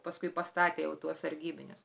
paskui pastatė jau tuos sargybinius